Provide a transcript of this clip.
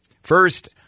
First